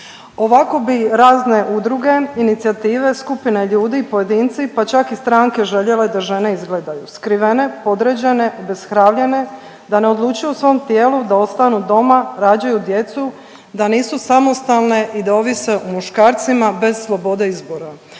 Ovako bi razne udruge, inicijative, skupine ljudi, pojedinci pa čak i stranke željele da žene izgledaju skrivene, podređene, obespravljene, da ne odlučuju o svom tijelu, da ostanu doma, rađaju djeca, da nisu samostalne i da ovise o muškarcima bez slobode izbora.